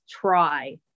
try